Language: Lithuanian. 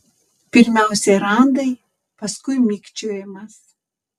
pirmiausia randai paskui mikčiojimas